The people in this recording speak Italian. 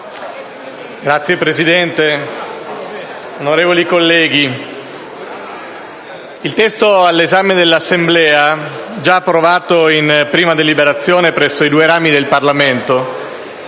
Signor Presidente, onorevoli colleghi, il testo all'esame dell'Assemblea, già approvato in prima deliberazione presso i due rami del Parlamento,